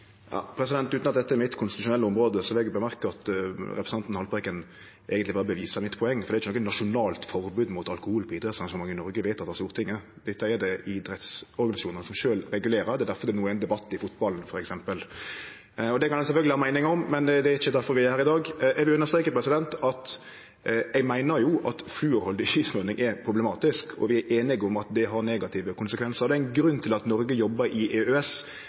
Utan at dette er mitt konstitusjonelle område, vil eg seie at representanten Haltbrekken eigentleg berre beviser mitt poeng, for det er ikkje noko nasjonalt forbod mot alkohol på idrettsarrangement i Noreg vedteke av Stortinget. Dette er det idrettsorganisasjonane sjølve som regulerer, og det er derfor det no er ein debatt i fotballen f.eks. Det kan ein sjølvsagt ha meiningar om, men det er ikkje difor vi er her i dag. Eg vil understreke at eg meiner at fluorhaldig skismurning er problematisk, og vi er einige om at det har negative konsekvensar. Det er ein grunn til at Noreg jobbar i EØS